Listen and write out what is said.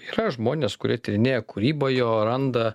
yra žmonės kurie tyrinėja kūrybą jo randa